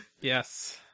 Yes